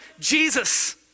Jesus